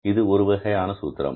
இது ஒருவகையான சூத்திரம்